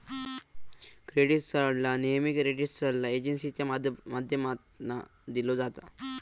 credit सल्ला नेहमी credit सल्ला एजेंसींच्या माध्यमातना दिलो जाता